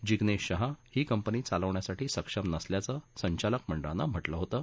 जिग्नेश शाह ही कंपनी चालवण्यासाठी सक्षम नसल्याचं संचालक मंडळानं म्हटलं होतं